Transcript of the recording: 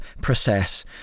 process